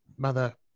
Mother